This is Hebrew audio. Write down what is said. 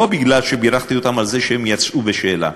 לא מפני שבירכתי אותם על זה שהם יצאו בשאלה,